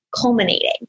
culminating